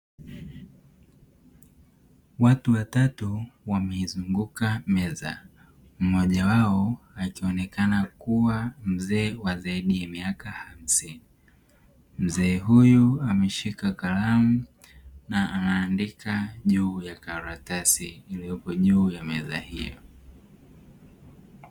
Watu watatu wameizunguka meza mmoja wao akionekana kuwa mzee wa zaidi ya miaka hamsini, Mzee huyu ameshika kalamu na anaandika juu ya karatasi iliyoko juu ya meza hiyo.